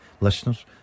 listeners